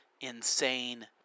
Insane